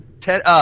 ten